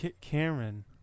Cameron